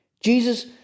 Jesus